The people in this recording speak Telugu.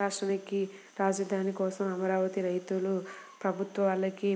రాష్ట్రానికి రాజధాని కోసం అమరావతి రైతన్నలు ప్రభుత్వం వాళ్ళకి